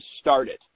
started